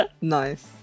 Nice